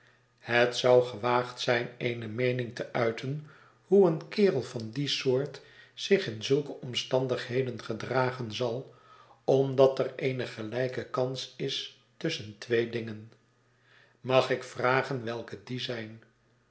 het zou gewaagd zijn eene meening te uiten hoe een kerel van die soort zich in zulke omstandigheden gedragen zal omdat er eene gelijke kans is tusschen twee dingen mag ik vragen welke die zijn